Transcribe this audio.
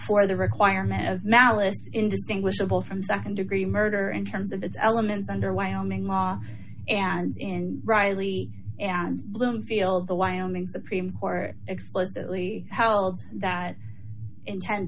for the requirement of malice indistinguishable from nd degree murder in terms of the elements under wyoming law and in riley and bloomfield the wyoming supreme court explicitly held that intent